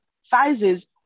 sizes